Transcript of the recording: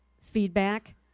feedback